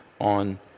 on